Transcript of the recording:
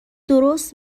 درست